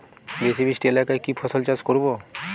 বেশি বৃষ্টি এলাকায় কি ফসল চাষ করব?